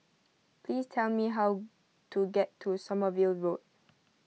please tell me how to get to Sommerville Road